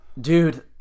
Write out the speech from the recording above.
Dude